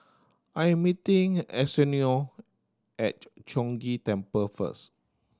I'm meeting Arsenio at Chong Ghee Temple first